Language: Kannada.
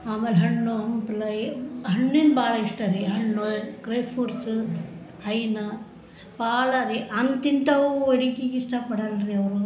ಆಮೇಲೆ ಹಣ್ಣು ಹಂಪ್ಲು ಹಣ್ಣಿನ ಭಾಳ ಇಷ್ಟ ರೀ ಹಣ್ಣು ಡ್ರೈ ಫ್ರೂಟ್ಸು ಹೈನ ಭಾಳ ರೀ ಅಂತಿಂಥವು ಅಡಿಗೆ ಇಷ್ಟಪಡಲ್ಲ ರೀ ಅವರು